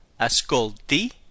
ascolti